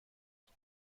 بود